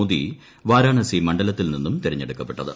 മോദി വാരാണസി മണ്ഡലത്തിൽ നിന്നും തെരഞ്ഞെടുക്കപ്പെട്ടത്